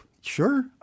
sure